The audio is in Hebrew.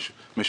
בתקווה,